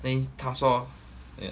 I think 他说